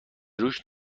روش